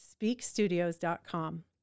speakstudios.com